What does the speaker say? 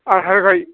आठ हाथ गायो